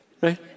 Right